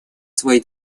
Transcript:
свои